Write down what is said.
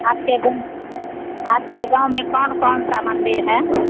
आपके गाँव आपके गाँव में कौन कौन सा मंदिर है